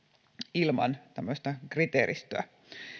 ilman tämmöistä kriteeristöä